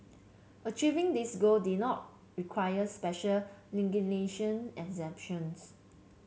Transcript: achieving these goal do not require special legislation exemptions